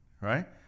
right